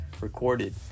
recorded